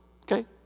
okay